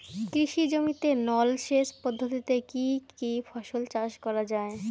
কৃষি জমিতে নল জলসেচ পদ্ধতিতে কী কী ফসল চাষ করা য়ায়?